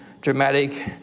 dramatic